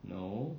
no